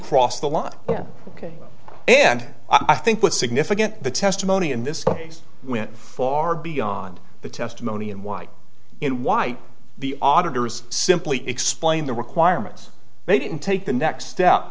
crossed the line ok and i think what's significant the testimony in this case went far beyond the testimony and white in white the auditors simply explained the requirements they didn't take the next step